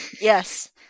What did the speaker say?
Yes